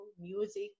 music